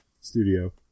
Studio